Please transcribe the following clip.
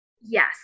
Yes